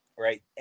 right